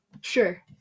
Sure